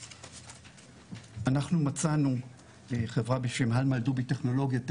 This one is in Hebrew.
אנחנו חברה בשם הלמן אלדובי טכנולוגיות,